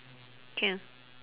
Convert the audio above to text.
can